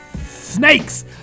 Snakes